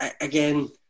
again